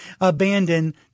abandon